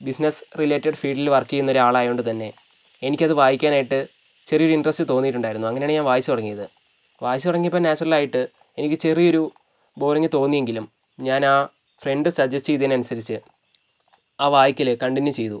business related ഫീൽഡിൽ work ചെയ്യുന്ന ഒരാളായത് കൊണ്ടു തന്നെ എനിക്കത് വായിക്കാനായിട്ട് ചെറിയൊരു ഇൻട്രസ്റ്റ് തോന്നിയിട്ടുണ്ടായിരുന്നു അങ്ങനെയാണ് ഞാൻ അത് വായിച്ചു തുടങ്ങിയത് വായിച്ചു തുടങ്ങിയപ്പോൾ നാച്ചുറൽ ആയിട്ട് എനിക്ക് ചെറിയൊരു ബോറിംഗ് തോന്നിയെങ്കിലും ഞാൻ ആ ഫ്രണ്ട് സജസ്റ്റ് ചെയ്തതിന് അനുസരിച്ച് ആ വായിക്കല് കണ്ടിന്യൂ ചെയ്തു